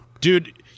Dude